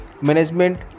Management